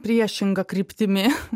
priešinga kryptimi